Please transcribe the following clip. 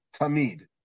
tamid